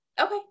Okay